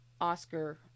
Oscar